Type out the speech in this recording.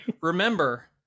remember